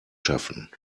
schaffen